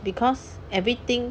because everything